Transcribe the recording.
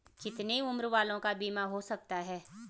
कितने उम्र वालों का बीमा हो सकता है?